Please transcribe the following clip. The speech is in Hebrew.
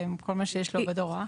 כל מה שיש לעובד הוראה?